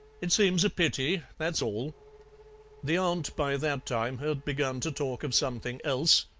it seems a pity, that's all the aunt by that time had begun to talk of something else,